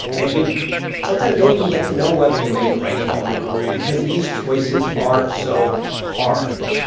and you sometimes don't even get to know whether you made the right call or not because these choices are so hard.